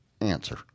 answer